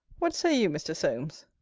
what say you, mr. solmes?